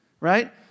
right